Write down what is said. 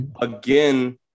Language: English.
Again